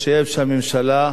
ואני רוצה לומר,